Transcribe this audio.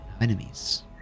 enemies